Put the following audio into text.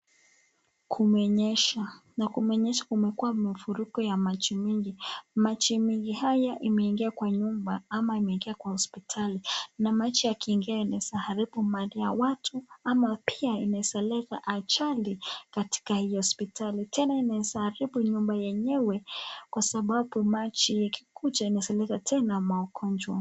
Kumenyesha na kumekuwa na mafuriko ya maji mingi maji mingi haya imeingia kwa nyumba ama imeingia kwa hospitali na maisha ya na maji inaezaingia Inaeza haribu Mali za watu ama pia Inaeza leta ajali katika hii hospitali tena Inaeza haribu nyumba yenyewe kwa sababu maji yakikuja Inaeza leta tena magonjwa.